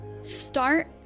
start